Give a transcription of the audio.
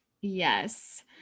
Yes